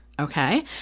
okay